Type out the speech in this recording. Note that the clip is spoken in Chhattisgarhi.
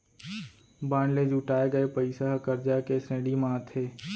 बांड ले जुटाए गये पइसा ह करजा के श्रेणी म आथे